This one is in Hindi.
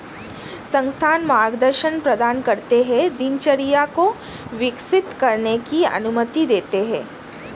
संस्थान मार्गदर्शन प्रदान करते है दिनचर्या को विकसित करने की अनुमति देते है